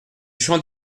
champ